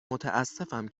متاسفم